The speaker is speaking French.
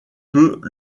peut